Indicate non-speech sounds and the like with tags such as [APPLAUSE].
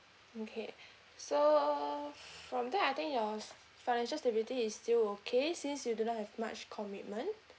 okay [BREATH] so from there I think your f~ financial stability is still okay since you do not have much commitment